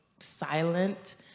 silent